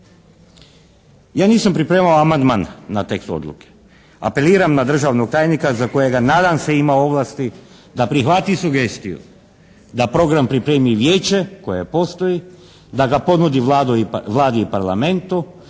Ja nisam pripremao amandman na tekst odluke. Apeliram na državnog tajnika za kojega nadam se ima ovlasti da prihvati sugestiju da program pripremi Vijeće koje postoji. Da ga ponudi Vladi i Parlamentu.